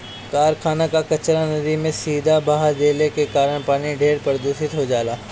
कारखाना कअ कचरा नदी में सीधे बहा देले के कारण पानी ढेर प्रदूषित हो जाला